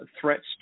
threats